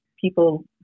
People